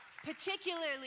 Particularly